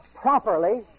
properly